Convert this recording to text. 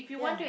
ya